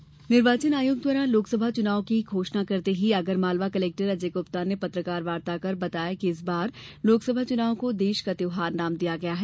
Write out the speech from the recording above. चुनाव तैयारी निर्वाचन आयोग द्वारा लोकसभा चुनाव की घोषणा करते ही आगरमालवा कलेक्टर अजय ग्रप्ता ने पत्रकार वार्ता कर बताया कि इस बार लोकसभा चुनाव को देश का त्यौहार नाम दिया गया है